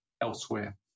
elsewhere